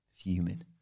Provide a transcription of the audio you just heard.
Human